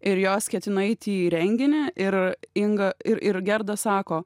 ir jos ketinu eiti į renginį ir inga ir ir gerda sako